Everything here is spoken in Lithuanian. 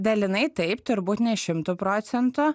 dalinai taip turbūt ne šimtu procentų